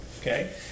Okay